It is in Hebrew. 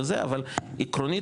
אבל עקרונית,